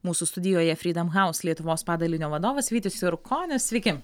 mūsų studijoje fridam haus lietuvos padalinio vadovas vytis jurkonis sveiki